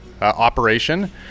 operation